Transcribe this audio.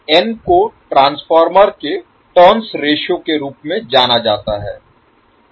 n को transformer के turns ratio के रूप में जाना जाता है